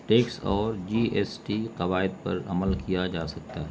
tax اور G S T قوائد پر عمل کیا جا سکتا ہے